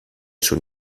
schon